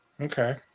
Okay